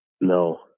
No